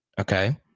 Okay